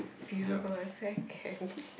we've about a second